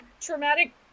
traumatic